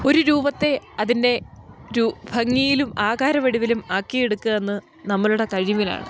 ഒരു രൂപത്തെ അതിൻ്റെ ഭംഗിയിലും ആകാരവടിവിലും ആക്കിയെടുക്കാന്ന് നമ്മളുടെ കഴിവിനാണ്